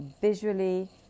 visually